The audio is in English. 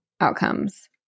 outcomes